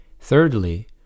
Thirdly